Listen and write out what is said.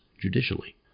judicially